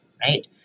right